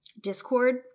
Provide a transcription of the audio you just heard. discord